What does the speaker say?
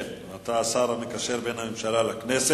כן, אתה גם השר המקשר בין הממשלה לכנסת.